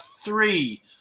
three